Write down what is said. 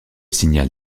signal